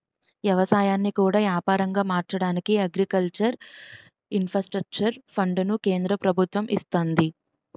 ఎవసాయాన్ని కూడా యాపారంగా మార్చడానికి అగ్రికల్చర్ ఇన్ఫ్రాస్ట్రక్చర్ ఫండును కేంద్ర ప్రభుత్వము ఇస్తంది